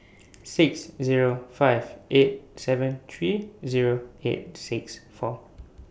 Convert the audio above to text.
six Zero five eight seven three Zero eight six four